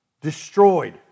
destroyed